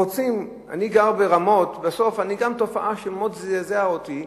אני גר ברמות, ויש תופעה שמאוד זעזעה אותי,